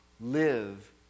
Live